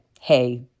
hey